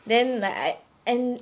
then like I and